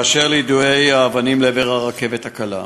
באשר ליידויי אבנים לעבר הרכבת הקלה: